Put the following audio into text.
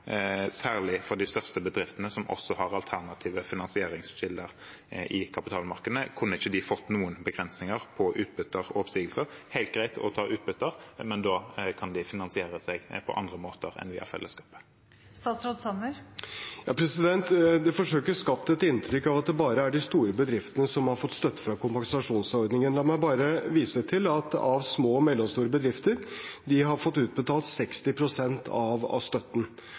særlig for de største bedriftene, som også har alternative finansieringskilder i kapitalmarkedene? Kunne ikke de fått noen begrensninger på utbytter og oppsigelser? Det er helt greit å ta utbytter, men da kan de finansieres på andre måter enn via fellesskapet. Det forsøkes skapt et inntrykk av at det bare er de store bedriftene som har fått støtte fra kompensasjonsordningen. La meg bare vise til at små og mellomstore bedrifter har fått utbetalt 60 pst. av støtten.